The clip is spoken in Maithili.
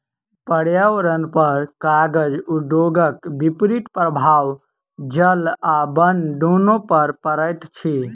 पर्यावरणपर कागज उद्योगक विपरीत प्रभाव जल आ बन दुनू पर पड़ैत अछि